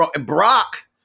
Brock